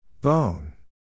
Bone